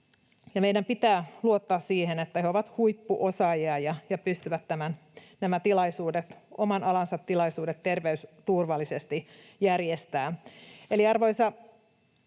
meidän pitää luottaa siihen, että he ovat huippuosaajia ja pystyvät tämän oman alansa tilaisuudet terveysturvallisesti järjestämään.